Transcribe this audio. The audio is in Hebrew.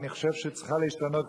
אני חושב שצריכה להשתנות,